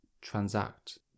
transact